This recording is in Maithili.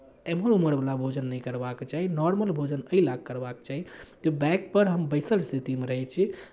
एम्हर ओम्हरवला भोजन नहि करबाक चाही नॉर्मल भोजन एहि लए कऽ करबाक चाही जे बाइकपर हम बैसल स्थितिमे रहै छी